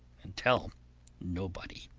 and tell nobody.